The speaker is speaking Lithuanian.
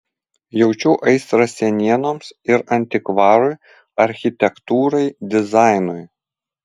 jaučiu aistrą senienoms ir antikvarui architektūrai dizainui